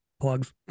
Plugs